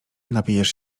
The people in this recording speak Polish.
napijesz